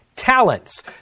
talents